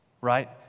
right